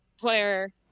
player